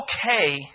okay